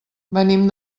venim